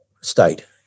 state